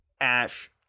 Ash